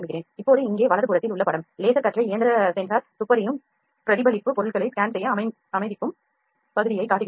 இப்போது இங்கே வலதுபுறத்தில் உள்ள படம் லேசர் கற்றை இயந்திர சென்சார் துப்பறியும் பிரதிபலிப்பு பொருள்களை ஸ்கேன் செய்ய அனுமதிக்கும் பகுதியைக் காட்டுகிறது